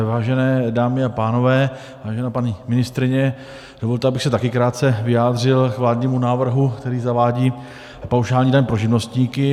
Vážené dámy a pánové, vážená paní ministryně, dovolte, abych se také krátce vyjádřil k vládnímu návrhu, který zavádí paušální daň pro živnostníky.